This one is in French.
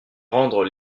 rendre